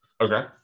Okay